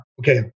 okay